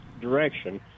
direction